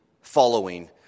following